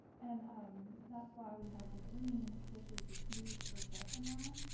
and um that's why we have the green which is the smooth regression line.